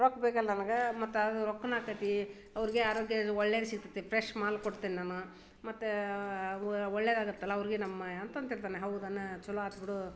ರೊಕ್ಕ ಬೇಕಲ್ಲ ನನಗೆ ಮತ್ತು ಅದು ರೊಕ್ಕವೂ ಆಗ್ತೈತಿ ಅವ್ರಿಗೆ ಆರೋಗ್ಯವೂ ಒಳ್ಳೇದು ಸಿಗತ್ತೆ ಫ್ರೆಶ್ ಮಾಲು ಕೊಡ್ತೀನಿ ನಾನು ಮತ್ತು ಒಳ್ಳೇದಾಗತ್ತಲ್ಲ ಅವ್ರಿಗೆ ನಮ್ಮ ಹೌದನ ಚಲೊ ಆತು ಬಿಡು